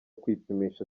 kwipimisha